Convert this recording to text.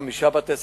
חמישה בתי-ספר,